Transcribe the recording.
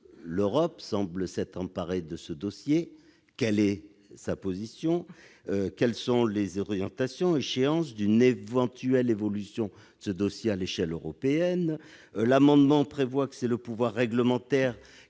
l'Europe semble s'être emparée de ce dossier. Mais quelle est sa position ? Quelles sont les orientations et les échéances d'une éventuelle évolution de ce dossier à l'échelle européenne ?